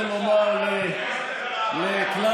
לומר לכלל